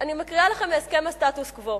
אני קוראת לכם מהסכם הסטטוס-קוו,